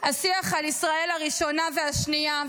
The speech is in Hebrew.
השיח על ישראל הראשונה והשנייה.